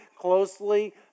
closely